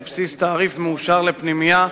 על בסיס תעריף מאושר לפנימייה,